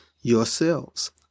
yourselves